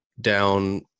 down